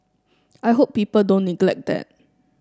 I hope people don't neglect that